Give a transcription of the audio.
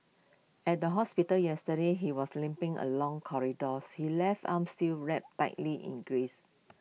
at the hospital yesterday he was limping along corridors his left arm still wrapped tightly in graze